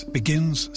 begins